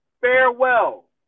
Farewell